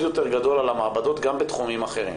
יותר גדול על המעבדות גם בתחומים אחרים.